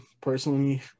personally